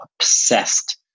obsessed